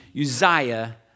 Uzziah